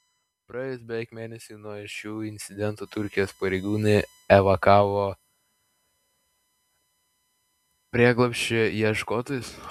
praėjus beveik mėnesiui nuo šių incidentų turkijos pareigūnai evakavo prieglobsčio ieškotojus